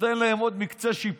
נותן להם עוד מקצה שיפורים,